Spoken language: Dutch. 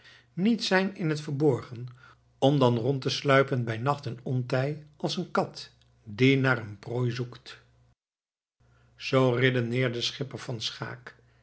niets zijn in het verborgen om dan rond te sluipen bij nacht en ontij als eene kat die naar eene prooi zoekt zoo redeneerde schipper van schaeck